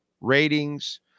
Ratings